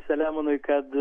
selemonui kad